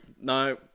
No